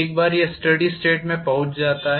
एक बार यह स्टेडी स्टेट में पहुँच जाता है